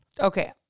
okay